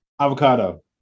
avocado